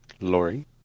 Lori